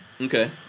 Okay